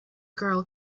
girl